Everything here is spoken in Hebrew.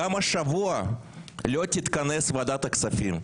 גם השבוע לא תתכנס ועדת הכספים.